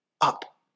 up